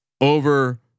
over